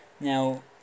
Now